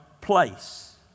place